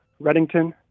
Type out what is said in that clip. Reddington